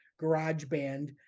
GarageBand